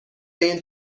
این